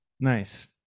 nice